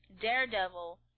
Daredevil